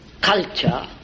culture